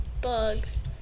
bugs